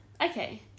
okay